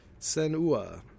Senua